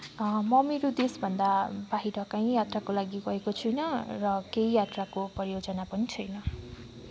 म मेरा देशभन्दा बाहिर कहीँ यात्राको लागि गएको छुइनँ र केही यात्राको प्रायोजना पनि छैन